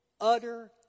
utter